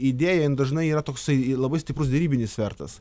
idėja jinai dažnai yra toksai labai stiprus derybinis svertas